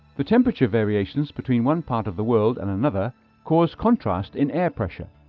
the temperature varieties between one part of the world and another cause contrast in air pressure,